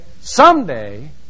someday